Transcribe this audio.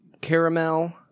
caramel